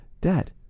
dad